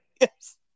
yes